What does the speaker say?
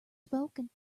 spoken